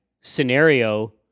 scenario